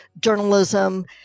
journalism